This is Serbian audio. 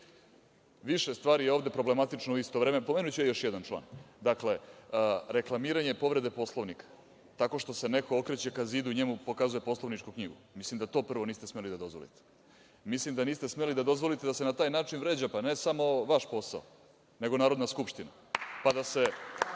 Više stvari je ovde problematično u isto vreme, pomenuću još jedan član. Dakle, reklamiranje povrede Poslovnika tako što se neko okreće ka zidu i njemu pokazuje poslovničku knjigu, mislim da to prvo niste smeli da dozvolite. Mislim da niste smeli da dozvolite da se na taj način vređa, pa ne samo vaš posao, nego Narodna skupština, pa da se